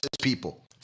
people